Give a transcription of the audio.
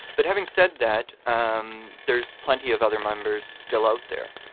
but having said that, um there's plenty of other members still out there.